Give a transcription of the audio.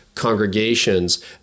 congregations